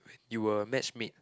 you were matchmade